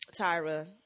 Tyra